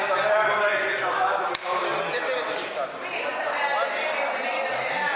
אתם בעד הנגד או נגד הבעד,